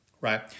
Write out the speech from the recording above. right